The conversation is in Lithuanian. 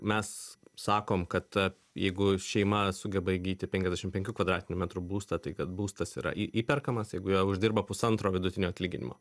mes sakom kad jeigu šeima sugeba įgyti penkiasdešimt penkių kvadratinių metrų būstą tai kad būstas yra į įperkamas jeigu jie uždirba pusantro vidutinio atlyginimo